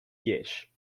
gish